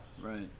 Right